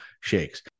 shakes